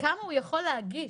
כמה הוא יכול להגיש?